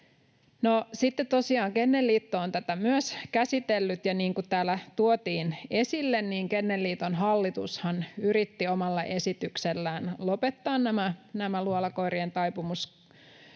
sitten Kennelliitto on tätä myös käsitellyt, ja niin kuin täällä tuotiin esille, Kennelliiton hallitushan yritti omalla esityksellään lopettaa nämä luolakoirien taipumuskokeet.